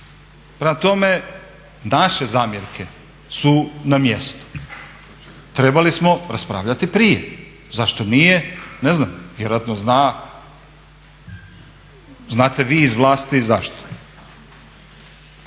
Prema tome, naše zamjerke su na mjestu. Trebali smo raspravljati prije. Zašto nije? Ne znam, vjerojatno znate vi iz vlasti zašto.